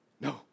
no